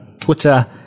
Twitter